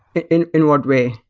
in in what way?